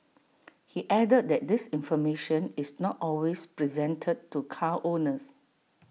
he added that this information is not always presented to car owners